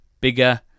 bigger